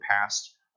past